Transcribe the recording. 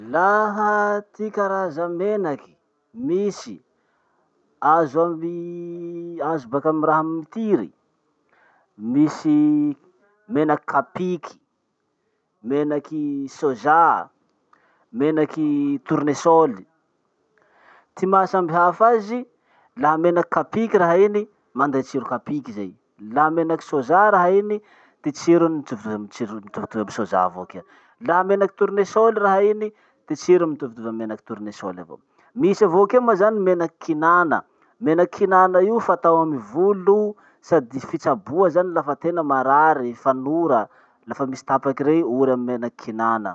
Laha ty karaza menaky misy azo amy- azo baka amy raha mitiry: misy menaky kapiky, menaky soja, menaky tournessol. Ty maha samihafa azy, laha menaky kapiky raha iny, manday tsiro kapiky zay. Laha menaky soja raha iny, ty tsirony mitovitovy amy tsirony mitovitovy amy soja avao kea. Laha menaky tournessol raha iny, ty tsirony mitovitovy amy menaky tournessol avao. Misy avao kea moa zany menaky kinagna. Menaky kinagna io fatao amy volo sady fitsaboa zany lafa tena marary, fanora, lafa misy tapaky rey, ory amy menaky kinagna.